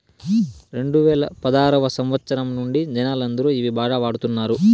రెండువేల పదారవ సంవచ్చరం నుండి జనాలందరూ ఇవి బాగా వాడుతున్నారు